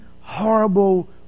horrible